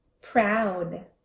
proud